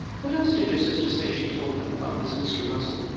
what else did your sister say she told them about this mr. russell?